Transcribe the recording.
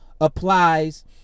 applies